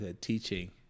teaching